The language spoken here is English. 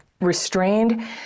restrained